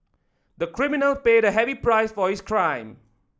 the criminal paid a heavy price for his crime